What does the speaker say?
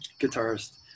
guitarist